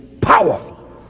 powerful